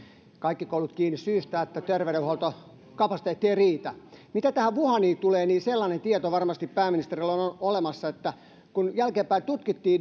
kaikki koulut kiinni syystä että terveydenhuoltokapasiteetti ei riitä mitä tähän wuhaniin tulee sellainen tieto varmasti pääministerillä on on olemassa niin jälkeenpäin kun tutkittiin